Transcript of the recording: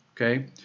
okay